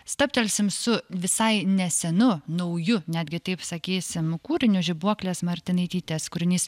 stabtelsim su visai nesenu nauju netgi taip sakysim kūriniu žibuoklės martinaitytės kūrinys